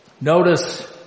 Notice